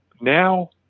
Now